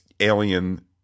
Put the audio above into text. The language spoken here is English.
alien